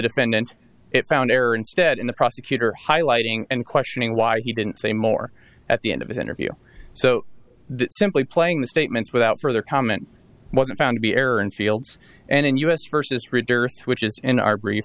defendant it found error instead in the prosecutor highlighting and questioning why he didn't say more at the end of his interview so simply playing the statements without further comment wasn't found to be error in fields and us versus reader which is in our brief